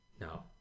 No